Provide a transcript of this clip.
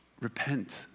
Repent